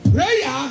Prayer